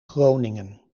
groningen